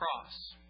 cross